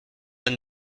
anne